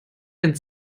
den